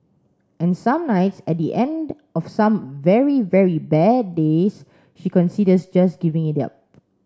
and some nights at the end of some very very bad days she considers just giving it up